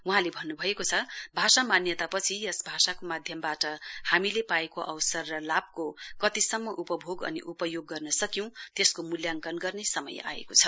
वहाँले भन्न्भएको छ भाषा मान्यतापछि यस भाषाको माध्यमबाट हामीले पाएको अवसर र लाभको हामीले कतिसम्म उपभोग अति उपयोग गर्न सक्यौं त्यसको मूल्याङ्कन गर्ने समय आएको छ